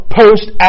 post